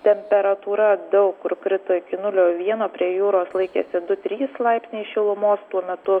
temperatūra daug kur krito iki nulio vieno prie jūros laikėsi du trys laipsniai šilumos tuo metu